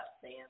Sam